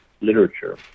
literature